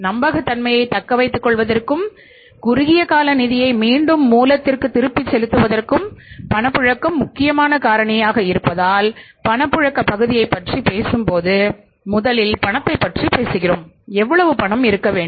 நம்பகத்தன்மையைத் தக்கவைத்துக்கொள்வதற்கும் குறுகிய கால நிதியை மீண்டும் மூலத்திற்கு திருப்பிச் செலுத்துவதற்கும் பணப்புழக்கம் மிக முக்கியமான காரணியாக இருப்பதால் பணப்புழக்கப் பகுதியைப் பற்றி பேசும்போது முதலில் பணத்தைப் பற்றி பேசுகிறோம் எவ்வளவு பணம் இருக்க வேண்டும்